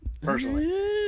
Personally